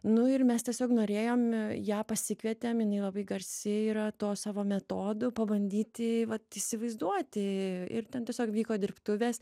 nu ir mes tiesiog norėjom ją pasikvietėm jinai labai garsi yra tuo savo metodu pabandyti vat įsivaizduoti ir ten tiesiog vyko dirbtuvės